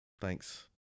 Thanks